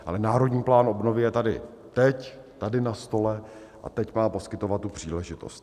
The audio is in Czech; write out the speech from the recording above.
Ale Národní plán obnovy je tady teď tady na stole a teď má poskytovat tu příležitost.